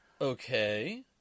Okay